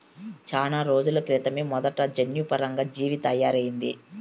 చానా రోజుల క్రితమే మొదటి జన్యుపరంగా జీవి తయారయింది